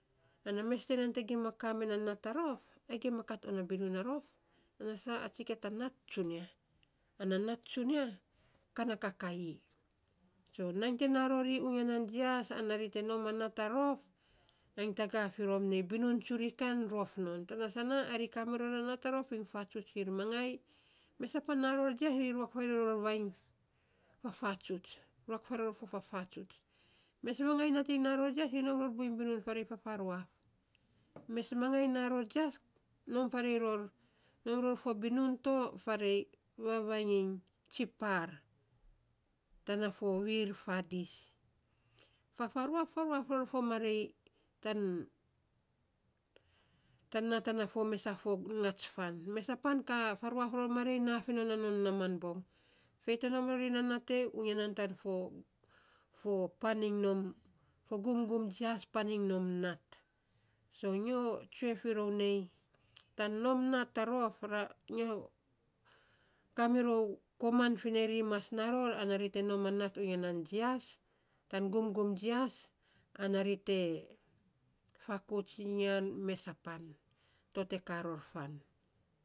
Ana mes tinan te gima kaa mee na nat a rof, ai gima kat on a binun a rof, tana saa a tsikia ta nat tsunia, ana nat tsunia ka na kakaii. So nainy te naa rori uya nan jias ana ri te nom a nat a rof, ainy tagaa fi rom nei binun tsuri kan rof non, tana sana ari kamiro a nat a rof iny fatsuts ir mangai. Mesapan naa ror jias ri te ruak faarei ror vainy fafatsuts, ruak faarei ror fafatsuts. Mes mangai nating na ror jias ri nom ror buiny binun faarei fafaruaf. Mes mangai naa ror jias nom faarei ror, nom ror fo binun to faarei vavainy iny tsipaar tana fo viir fadis. Fafaruaf faruaf ror fo marei, tan tan naatana fo mes ngats gan, masapa ka faruaf ror fo marei naa fi naa non naaman bong. Fei te nom rorin na nat ei, unya nan tan fo fo pan iny nom gum gum jias pan iny nom nat. So nyo tsue fi rou nei, tan nom nat a rof kamirou koman fi nei, ri mas naa ror ri te nom a nat unya nan jias, tan gumgum jias, ana ri te fakauts iny yan mesapan to te kaa ror fan.